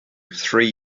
three